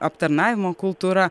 aptarnavimo kultūra